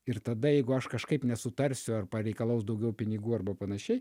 ir tada jeigu aš kažkaip nesutarsiu ar pareikalaus daugiau pinigų arba panašiai